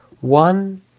One